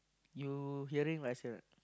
you hearing what I say a not